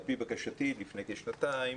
על פי בקשתי לפני כשנתיים,